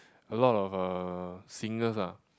a lot of uh singers ah